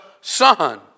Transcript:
Son